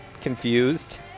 Confused